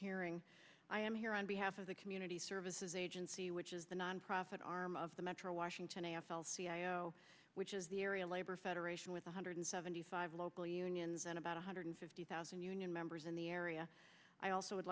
hearing i am here on behalf of the community services agency which is the nonprofit arm of the metro washington a f l cio which is the area labor federation with one hundred seventy five local unions and about one hundred fifty thousand union members in the area i also would